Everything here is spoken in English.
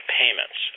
payments